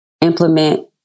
implement